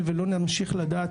ונמשיך לא לדעת,